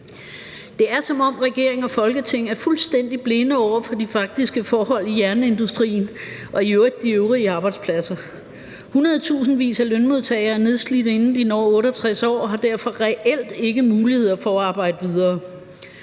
Det er, som om regering og Folketing er fuldstændig blinde over for de faktiske forhold i jernindustrien og i øvrigt på de øvrige arbejdspladser. Hundredtusindvis af lønmodtagere er nedslidte, inden de når 68 år, og har derfor reelt ikke muligheder for at arbejde videre.